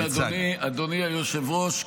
אדוני היושב-ראש,